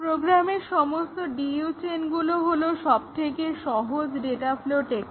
প্রোগ্রামের সমস্ত DU চেইনগুলো হলো সবথেকে সহজ ডেটা ফ্লো টেকনিক